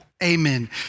Amen